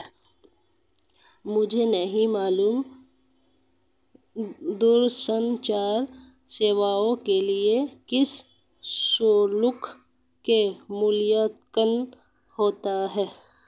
मुझे नहीं मालूम कि दूरसंचार सेवाओं के लिए किस शुल्क का मूल्यांकन होता है?